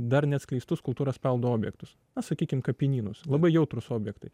dar neatskleistus kultūros paveldo objektus na sakykim kapinynus labai jautrūs objektai